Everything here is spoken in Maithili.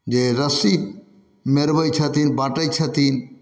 जे रस्सी मेरबै छथिन बाँटै छथिन